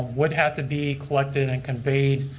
would have to be collected and conveyed.